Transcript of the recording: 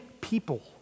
people